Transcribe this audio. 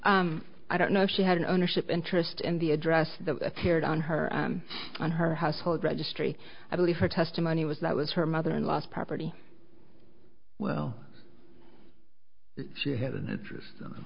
she's i don't know if she had an ownership interest in the address the aired on her on her household registry i believe her testimony was that was her mother in law's property well she had an interest